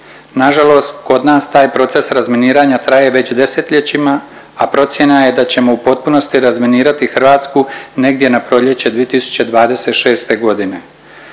Nažalost kod nas taj proces razminiranja traje već desetljećima, a procjena je da ćemo u potpunosti razminirati Hrvatsku negdje na proljeće 2026. godine.